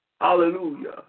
Hallelujah